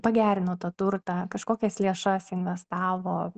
pagerino tą turtą kažkokias lėšas investavo